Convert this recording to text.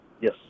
Yes